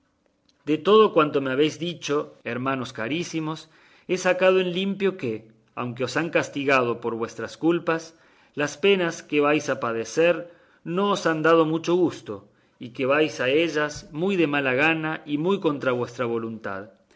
de todo cuanto me habéis dicho hermanos carísimos he sacado en limpio que aunque os han castigado por vuestras culpas las penas que vais a padecer no os dan mucho gusto y que vais a ellas muy de mala gana y muy contra vuestra voluntad